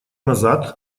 назад